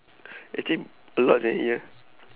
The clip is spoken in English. actually a lot leh here